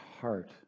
heart